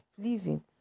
pleasing